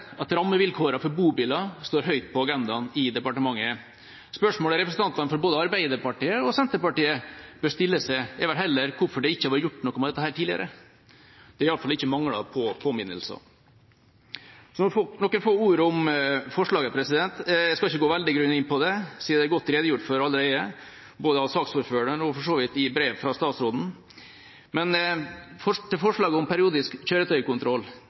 at rammevilkårene for bobiler står høyt på agendaen i departementet. Spørsmålet representantene fra både Arbeiderpartiet og Senterpartiet bør stille seg, er vel heller hvorfor det ikke er gjort noe med dette tidligere. Det har i hvert fall ikke manglet på påminnelser. Så noen få ord om forslagene. Jeg skal ikke gå veldig grundig inn på dem, siden det er godt redegjort for allerede, både av saksordføreren og for så vidt i brevet fra statsråden. Til forslaget om periodisk kjøretøykontroll: